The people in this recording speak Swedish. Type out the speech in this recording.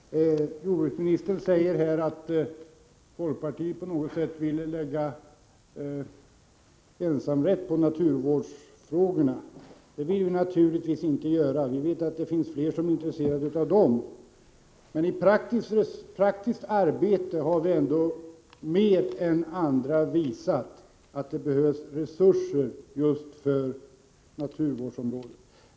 Herr talman! Jordbruksministern säger att folkpartiet på något sätt vill skaffa sig ensamrätt på naturvårdsfrågorna. Det vill vi naturligtvis inte göra. Vi vet att det finns fler som är intresserade av dem. Men i praktiskt arbete har vi mer än andra visat att det behövs resurser just på naturvårdsområdet.